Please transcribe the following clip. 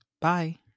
Bye